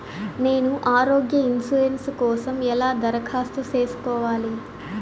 నేను ఆరోగ్య ఇన్సూరెన్సు కోసం ఎలా దరఖాస్తు సేసుకోవాలి